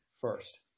first